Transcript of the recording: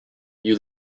you